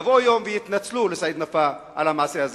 יבוא יום ויתנצלו בפני סעיד נפאע על המעשה הזה.